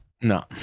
No